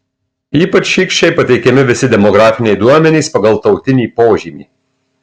ypač šykščiai pateikiami visi demografiniai duomenys pagal tautinį požymį